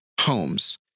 homes